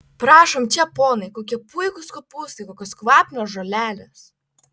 prašom čia ponai kokie puikūs kopūstai kokios kvapnios žolelės